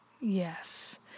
yes